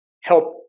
help